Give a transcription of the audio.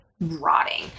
rotting